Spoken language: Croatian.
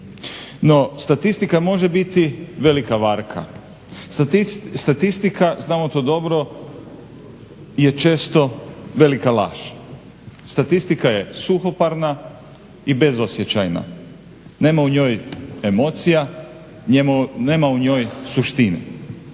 statistika može biti velika varka, statistika znamo to dobro je često velika laž. Statistika je suhoparna i bezosjećajna, nema u njoj emocija, nema u njoj suštine.